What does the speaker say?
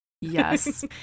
yes